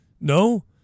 no